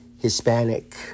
Hispanic